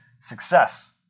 success